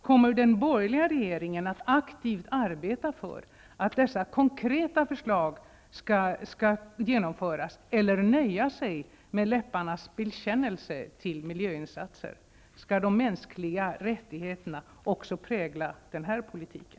Kommer den borgerliga regeringen att aktivt arbeta för att dessa konkreta förslag skall genomföras eller nöja sig med en läpparnas bekännelse till miljöinsatser? Skall de mänskliga rättigheterna också prägla den här politiken?